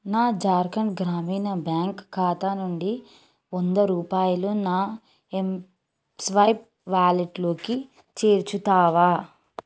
నా ఝార్ఖండ్ గ్రామీణ బ్యాంక్ ఖాతా నుండి వంద రూపాయలు నా ఎంస్వైప్ వ్యాలెట్లోకి చేర్చుతావా